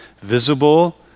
visible